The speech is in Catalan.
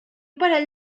parell